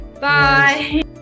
Bye